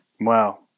Wow